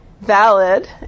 valid